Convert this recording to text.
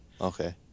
Okay